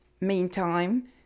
Meantime